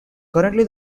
currently